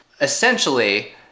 Essentially